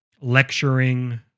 lecturing